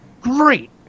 great